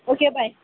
okay bye